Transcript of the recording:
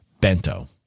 bento